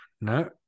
no